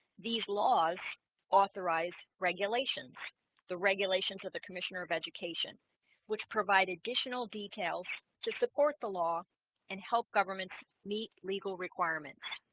these laws authorize regulations the regulations of the commissioner of education which provide additional details to support the law and help governments meet legal requirements?